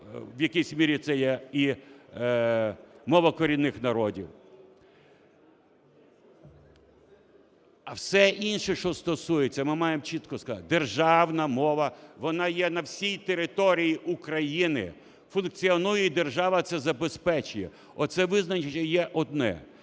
в якійсь мірі це є і мова корінних народів. А все інше, що стосується, ми маємо чітко сказати, державна мова вона є на всій території України, функціонує і держава це забезпечує. Оце визначення є одне.